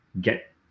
get